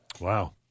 Wow